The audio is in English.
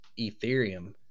Ethereum